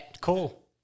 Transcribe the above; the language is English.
Cool